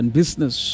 business